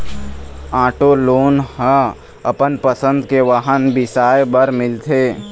auto loan ह अपन पसंद के वाहन बिसाए बर मिलथे